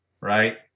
Right